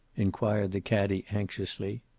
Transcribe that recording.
inquired the caddie, anxiously.